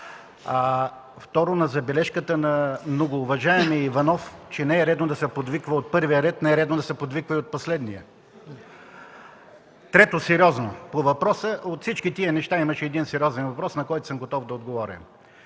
Второ, на забележката на многоуважаемия Иванов, че не е редно да се подвиква от първия ред – не е редно да се подвиква и от последния. (Весело оживление.) Трето, от всички тези неща имаше един сериозен въпрос, на който съм готов да отговоря.